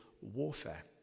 warfare